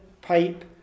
pipe